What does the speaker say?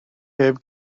heb